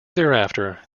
thereafter